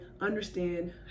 understand